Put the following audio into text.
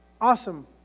awesome